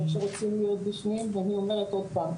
שרוצים להיות בפנים ואני אומרת עוד הפעם,